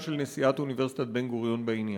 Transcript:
של נשיאת אוניברסיטת בן-גוריון בעניין.